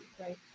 right